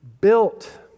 built